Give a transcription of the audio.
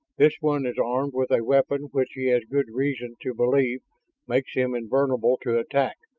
this one is armed with a weapon which he has good reason to believe makes him invulnerable to attack.